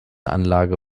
anlage